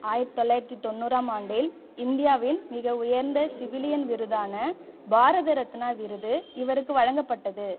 ஆயிரத்து தொள்ளாயிரத்தி தொண்ணூறாம் ஆம் ஆண்டில் இந்தியாவின் மிக உயர்ந்த சிவிலியன் விருதான பாரத ரத்னா விருது இவருக்கு வழங்கப்பட்டது